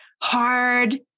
hard